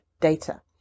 data